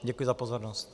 Děkuji za pozornost.